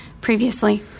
previously